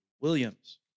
Williams